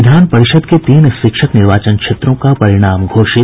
विधान परिषद के तीन शिक्षक निर्वाचन क्षेत्रों का परिणाम घोषित